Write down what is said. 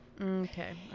Okay